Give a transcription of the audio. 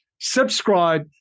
subscribe